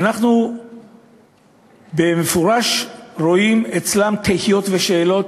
ואנחנו במפורש רואים אצלם תהיות ושאלות: